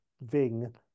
Ving